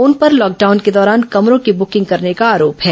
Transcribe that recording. उन पर लॉकडाउन के दौरान कमरों की बुकिंग करने का आरोप है